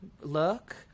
look